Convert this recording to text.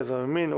גזע ומין,